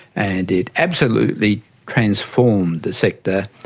and it absolutely transformed the sector.